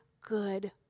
good